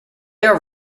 are